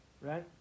Right